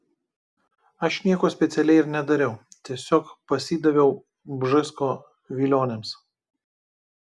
aš nieko specialiai ir nedariau tiesiog pasidaviau bžesko vilionėms